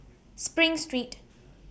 SPRING Street